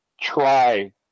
try